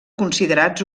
considerats